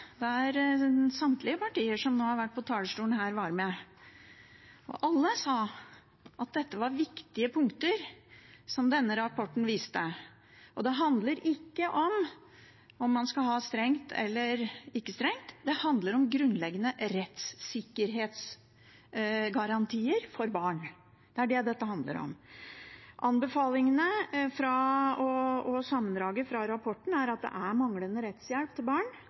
der samtlige partier som nå har vært på talerstolen her, var med, og alle sa at det var viktige punkter denne rapporten viste. Det handler ikke om det skal være strengt eller ikke strengt, det handler om grunnleggende rettssikkerhetsgarantier for barn. Det er det dette handler om. Sammendraget fra rapporten viser at det er manglende rettshjelp for barn.